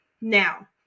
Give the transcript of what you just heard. now